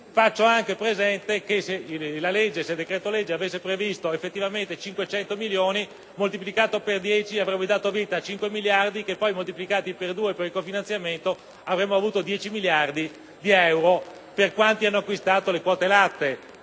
Faccio anche presente che se il decreto-legge avesse previsto effettivamente 500 milioni, moltiplicati per dieci avrebbero dato vita a cinque miliardi, che poi moltiplicati per due per il cofinanziamento sarebbero stati dieci miliardi di euro per quanti hanno acquistato le quote latte,